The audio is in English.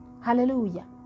Hallelujah